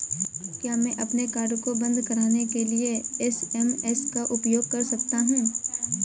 क्या मैं अपने कार्ड को बंद कराने के लिए एस.एम.एस का उपयोग कर सकता हूँ?